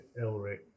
Elric